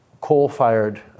coal-fired